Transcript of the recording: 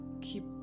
keep